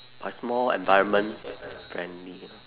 but it's more environment friendly ah